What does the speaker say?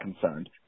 concerned